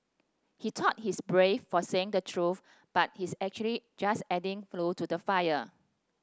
he thought he's brave for saying the truth but he's actually just adding fuel to the fire